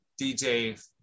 DJ